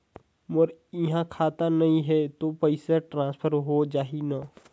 मोर इहां खाता नहीं है तो पइसा ट्रांसफर हो जाही न?